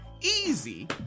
Easy